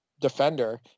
defender